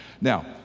Now